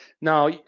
now